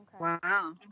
Wow